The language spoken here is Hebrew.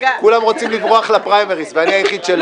כולם רוצים לברוח לפריימריז ואני היחיד שלו.